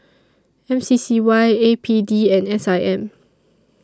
M C C Y A P D and S I M